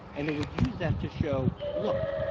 and they would use that to show, look,